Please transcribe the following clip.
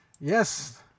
Yes